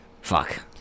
fuck